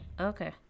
Okay